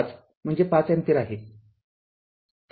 ५ म्हणजे ५ अँपिअर आहे